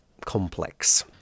complex